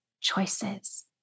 choices